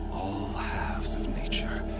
all halves of nature.